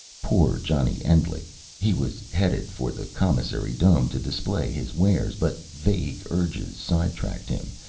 poor johnny endlich. he was headed for the commissary dome to display his wares. but vague urges sidetracked him,